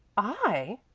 i!